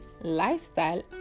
lifestyle